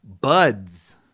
buds